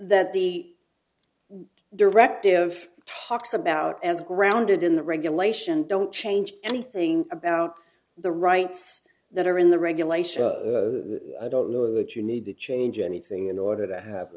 that the directive talks about as grounded in the regulation don't change anything about the rights that are in the regulations i don't know that you need to change anything in order to have